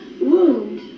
wound